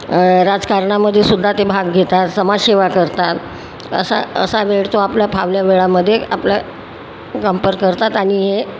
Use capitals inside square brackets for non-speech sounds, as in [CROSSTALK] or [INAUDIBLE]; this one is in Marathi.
राजकारणामध्ये सुद्धा ते भाग घेतात समाजसेवा करतात असा असा वेळ तो आपला फावल्या वेळामधे आपला [UNINTELLIGIBLE] करतात आणि ये